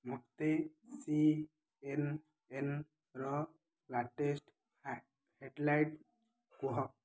ମୋତେ ସିଏନ୍ଏନ୍ର latest headlines କୁହ